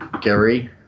Gary